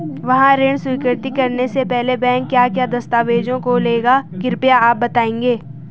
वाहन ऋण स्वीकृति करने से पहले बैंक क्या क्या दस्तावेज़ों को लेगा कृपया आप बताएँगे?